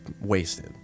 wasted